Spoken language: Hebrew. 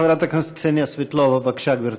חברת הכנסת קסניה סבטלובה, בבקשה, גברתי.